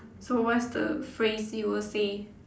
so what's the phrase you will say